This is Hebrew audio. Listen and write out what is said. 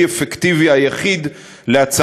באופן אובייקטיבי או על הדרך שבה שירות